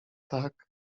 tak